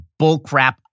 bullcrap